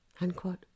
unquote